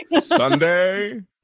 Sunday